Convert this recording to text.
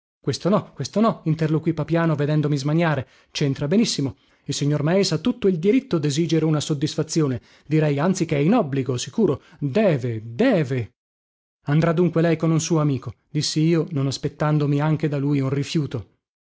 questo no questo no interloquì papiano vedendomi smaniare centra benissimo il signor meis ha tutto il diritto desigere una soddisfazione direi anzi che è in obbligo sicuro deve deve andrà dunque lei con un suo amico dissi non aspettandomi anche da lui un rifiuto